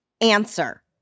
answer